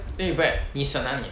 eh but 你省哪里